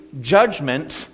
judgment